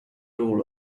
rule